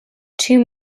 two